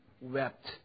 wept